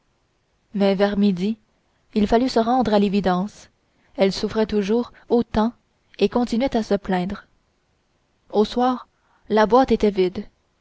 mais vers midi il fallut se rendre à l'évidence elle souffrait toujours autant et continuait à se plaindre au soir la boîte était vide